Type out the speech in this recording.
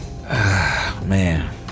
Man